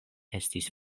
estis